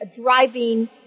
driving